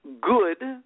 good